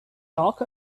talk